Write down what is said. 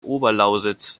oberlausitz